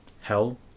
Hell